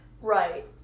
Right